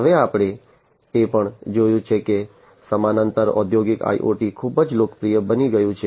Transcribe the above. હવે આપણે એ પણ જોયું છે કે સમાંતર ઔદ્યોગિક IoT ખૂબ જ લોકપ્રિય બની ગયું છે